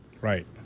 Right